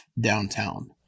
downtown